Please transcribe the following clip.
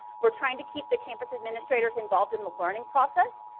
we're trying to keep the campus administrators involved in the learning process.